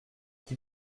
qui